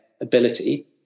ability